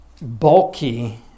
bulky